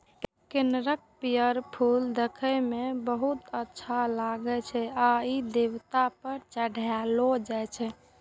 कनेरक पीयर फूल देखै मे बहुत सुंदर लागै छै आ ई देवता पर चढ़ायलो जाइ छै